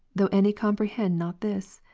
though any comprehend not this'?